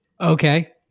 okay